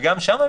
גם שם,